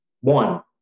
One